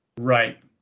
Right